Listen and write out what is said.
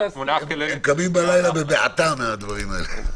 התמונה הכללית --- הם קמים בלילה בבעתה מהדברים האלה.